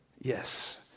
Yes